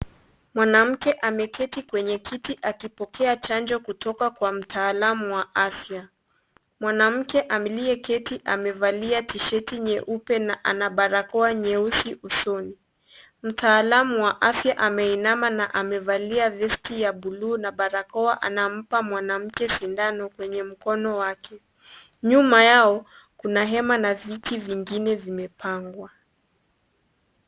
Mwanamke ameketi kwenye kiti akipokea chanjo kutoka kwa mtaalamu wa afya. Mwanamke aliyeketi amevalia tisheti nyeupe na ana barakoa nyeusi usoni. Mtaalamu wa afya ameinama na amevalia vesti ya buluu na barakoa anampa mwanamke sindano kwenye mkono wake. Nyuma yao kuna hema na viti vingine vimepangwa.